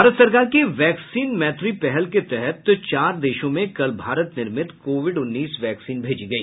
भारत सरकार के वैक्सीन मैत्री पहल के तहत चार देशों में कल भारत निर्मित कोविड उन्नीस वैक्सीन भेजी गई